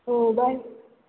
हो बाय